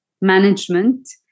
management